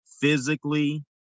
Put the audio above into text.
physically